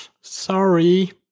sorry